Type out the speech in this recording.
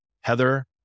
Heather